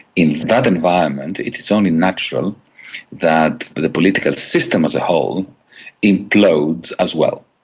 in that environment it is only natural that the political system as a whole implodes as well.